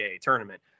tournament